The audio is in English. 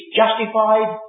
justified